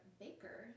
baker